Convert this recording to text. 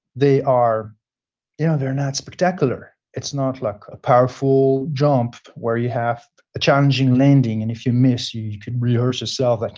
they are yeah. they're not spectacular. it's not like ah powerful jump where you have a challenging landing and if you miss you you could really hurt yourself, like